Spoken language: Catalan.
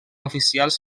oficials